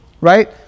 right